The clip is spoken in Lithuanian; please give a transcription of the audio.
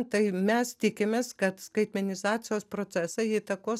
tai mes tikimės kad skaitmenizacijos procesai įtakos